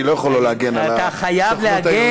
אני לא יכול שלא להגן על הסוכנות היהודית.